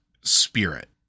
spirit